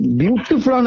beautiful